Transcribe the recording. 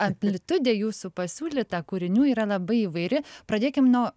amplitudė jūsų pasiūlyta kūrinių yra labai įvairi pradėkim nuo